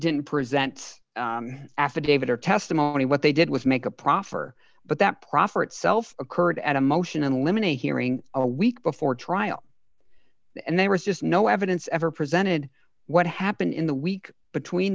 didn't present affidavit or testimony what they did was make a proffer but that proffer itself occurred at a motion in limine a hearing a week before trial and there was just no evidence ever presented what happened in the week between